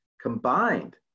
combined